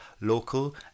local